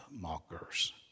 mockers